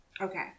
Okay